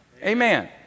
amen